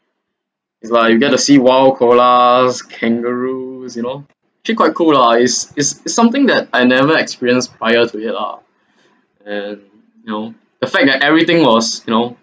it's like you get to see wild koalas kangaroos you know actually quite cool lah it's it's something that I never experienced prior to it lah and you know the fact that everything was you know